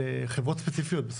לחברות ספציפיות.